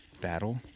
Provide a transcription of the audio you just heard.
battle